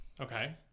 okay